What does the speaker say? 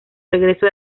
regreso